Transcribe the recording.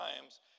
times